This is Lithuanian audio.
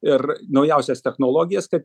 ir naujausias technologijas kad